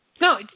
No